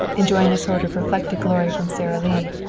enjoying a sort of reflected glory from sara lee,